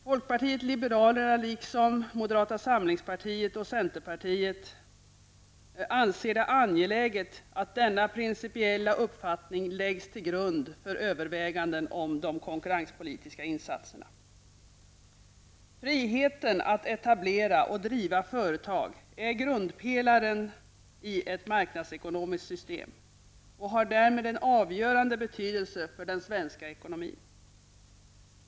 Folkpartiet liberalerna, moderata samlingspartiet och centerpartiet anser det vara angeläget att denna principiella uppfattning läggs till grund för överväganden om de konkurrenspolitiska insatserna. Friheten att etablera och driva företag är grundpelaren i ett marknadsekonomiskt system och har därmed en avgörande betydelse för den svenska ekonomin.